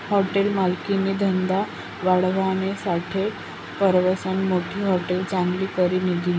hotel मालकनी धंदा वाढावानासाठे सरवासमा मोठी हाटेल चांगली करी लिधी